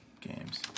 Games